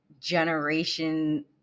generation